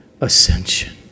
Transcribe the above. ascension